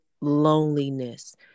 loneliness